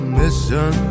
mission